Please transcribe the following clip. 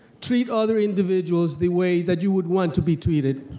treat other individuals the way that you would want to be treated.